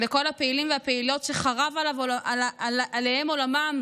לכל הפעילים והפעילות שחרב עליהם עולמם